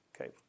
Okay